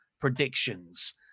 predictions